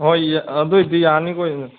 ꯍꯣꯏ ꯑꯗꯣꯏꯗꯤ ꯌꯥꯅꯤꯀꯣ